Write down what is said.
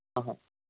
હહ